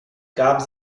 gaben